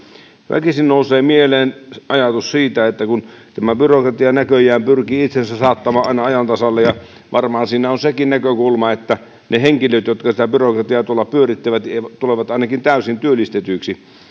väkisin nousee mieleen ajatus siitä että byrokratia näköjään pyrkii itsensä saattamaan aina ajan tasalle ja varmaan siinä on sekin näkökulma että ne henkilöt jotka sitä byrokratiaa tuolla pyörittävät tulevat ainakin täysin työllistetyiksi